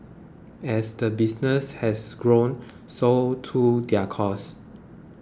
as the business has grown so too their costs